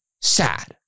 Sad